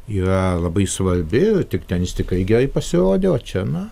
yra labai svarbi tik ten jis tikrai gerai pasirodė o čia na